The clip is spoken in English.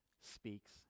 speaks